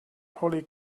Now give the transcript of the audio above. holly